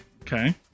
Okay